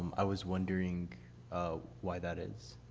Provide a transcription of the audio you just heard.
i was wondering ah why that is.